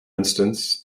instance